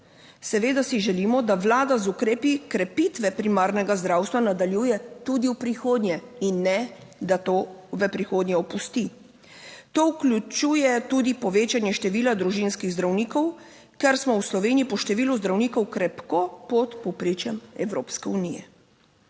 Seveda si želimo, da Vlada z ukrepi krepitve primarnega zdravstva nadaljuje tudi v prihodnje in ne, da to v prihodnje opusti. To vključuje tudi povečanje števila družinskih zdravnikov, ker smo v Sloveniji po številu zdravnikov krepko pod povprečjem Evropske unije.